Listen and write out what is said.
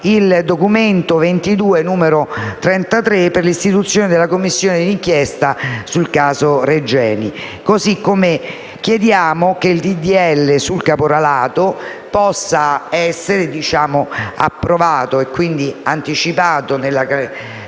del documento XXII n. 33 per l'istituzione della Commissione d'inchiesta sul caso Regeni.